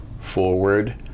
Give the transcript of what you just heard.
forward